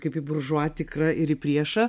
kaip į buržua tikrą ir į priešą